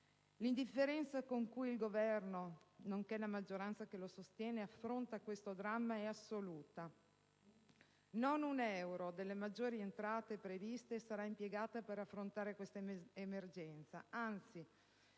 L'indifferenza con cui il Governo, nonché la maggioranza che lo sostiene, affronta questo dramma è assoluta. Non un euro delle maggiori entrate previste sarà impiegato per affrontare questa emergenza. Anzi,